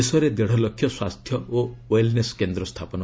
ଦେଶରେ ଦେଢ଼ ଲକ୍ଷ୍ୟ ସ୍ୱାସ୍ଥ୍ୟ ଓ ଓ୍ବେଲ୍ନେସ୍ କେନ୍ଦ୍ର ସ୍ଥାପନ